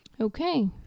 Okay